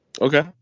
Okay